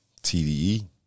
TDE